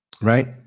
right